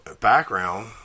background